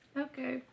Okay